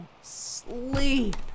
sleep